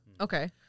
Okay